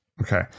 okay